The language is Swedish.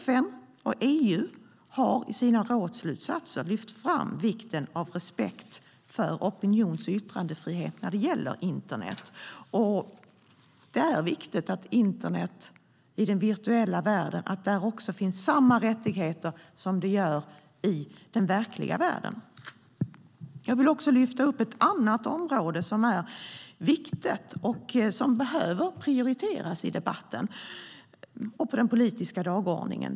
FN och EU har i sina rådsslutsatser lyft fram vikten av respekt för opinions och yttrandefrihet när det gäller internet. Det är viktigt att det på internet och i den virtuella världen finns samma rättigheter som i den verkliga världen. Jag ska lyfta fram ett annat viktigt område som behöver prioriteras i debatten och på den politiska dagordningen.